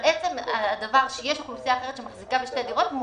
אבל עצם הדבר שיש אוכלוסייה אחרת שמחזיקה בשתי דירות,